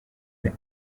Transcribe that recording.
the